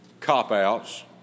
Cop-outs